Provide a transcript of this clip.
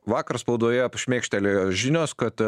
vakar spaudoje ap šmėkštelėjo žinios kad